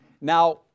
Now